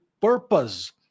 purpose